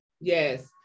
yes